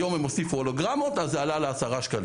היום הם הוסיפו הולוגרמות, אז זה עלה ל-10 שקלים.